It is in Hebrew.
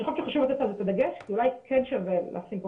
אני חושבת שחשוב לתת על זה את הדגש כי אולי כן שווה לשים פה